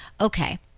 Okay